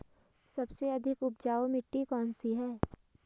सबसे अधिक उपजाऊ मिट्टी कौन सी है?